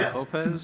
Lopez